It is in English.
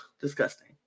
disgusting